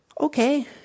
okay